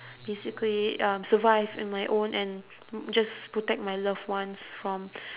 basically um survive on my own and just protect my loved ones from